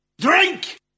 Drink